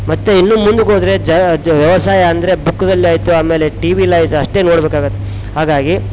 ಮತ್ತೆ ಇನ್ನು ಮುಂದುಕ್ಕೆ ಹೋದ್ರೆ ಜ ವ್ಯವಸಾಯ ಅಂದರೆ ಬುಕ್ದಲ್ಲಿ ಆಯಿತು ಆಮೇಲೆ ಟಿವಿಲಿ ಆಯಿತು ಅಷ್ಟೆ ನೋಡ್ಬೇಕಾಗತ್ತೆ ಹಾಗಾಗಿ